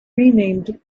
renamed